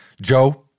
Joe